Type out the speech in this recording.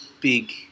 big